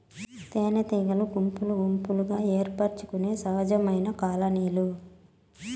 తేనెటీగలు గుంపులు గుంపులుగా ఏర్పరచుకొనే సహజమైన కాలనీలు